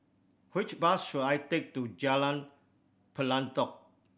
which bus should I take to Jalan Pelatok